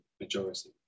majority